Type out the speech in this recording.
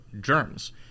germs